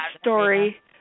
story